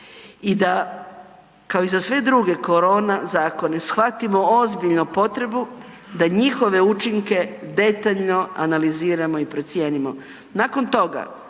i da kao i za sve druge korona zakone shvatimo ozbiljno potrebu da njihove učinke detaljno analiziramo i procijenimo. Nakon toga,